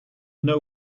know